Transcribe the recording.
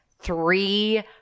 three